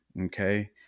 okay